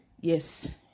yes